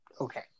okay